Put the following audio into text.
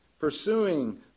Pursuing